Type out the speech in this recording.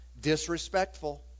Disrespectful